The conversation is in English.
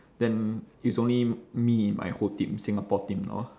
then it's only me and my whole team singapore team now